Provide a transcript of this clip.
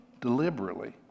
deliberately